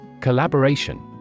Collaboration